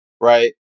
Right